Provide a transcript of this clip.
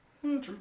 True